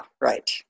right